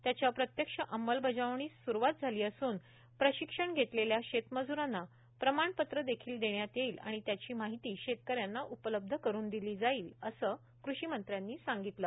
त्याच्या प्रत्यक्ष अंमलबजावणीस सुरूवात झाली असून प्रशिक्षण घेतलेल्या शेतमज्रांना प्रमाणपत्र देखील देण्यात येईल आणि त्याची माहिती शेतकऱ्यांना उपलब्ध करुन दिली जाईल असे कृषी मंत्र्यांनी सांगितले